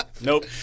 Nope